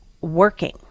working